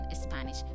Spanish